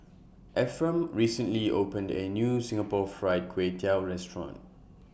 Ephram recently opened A New Singapore Fried Kway Tiao Restaurant